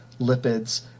lipids